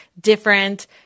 different